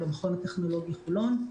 במכון הטכנולוגי חולון.